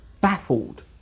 baffled